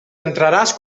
entraràs